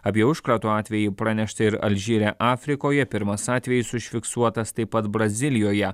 apie užkrato atvejį pranešta ir alžyre afrikoje pirmas atvejis užfiksuotas taip pat brazilijoje